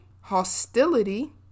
hostility